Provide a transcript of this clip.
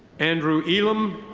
andrew elam.